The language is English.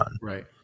Right